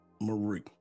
Marie